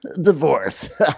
divorce